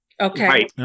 okay